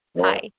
Hi